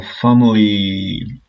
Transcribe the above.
family